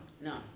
No